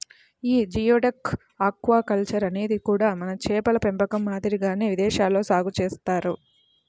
యీ geoduck aquaculture అనేది కూడా మన చేపల పెంపకం మాదిరిగానే విదేశాల్లో సాగు చేత్తన్నారు